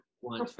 one